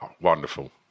wonderful